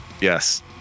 Yes